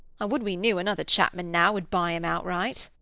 i would we knew another chapman now would buy em outright.